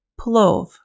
Plov